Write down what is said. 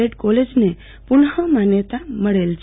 add કોલેજને પુન ઃમાન્તા મળેલ છે